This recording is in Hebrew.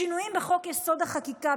שינויים בחוק-יסוד: החקיקה,